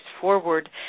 forward